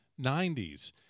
90s